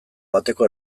bateko